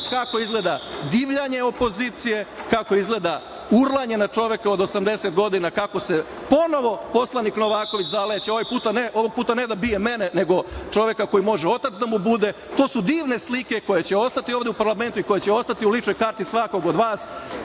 kako izgleda divljanje opozicije, kako izgleda urlanje na čoveka od 80 godina, kako se ponovo poslanik Novaković zaleće, ovog puta ne da bije mene nego čoveka koji može otac da mu bude. To su divne slike koje će ostati ovde u parlamentu i koje će ostati u ličnoj karti svakog od vas.